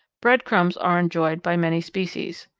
bread crumbs are enjoyed by many species.